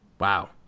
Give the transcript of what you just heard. Wow